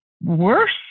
worse